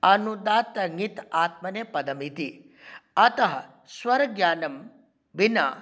अनुदात्तङित् आत्मनेपदम् इति अतः स्वरज्ञानं विना